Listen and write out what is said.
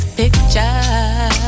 picture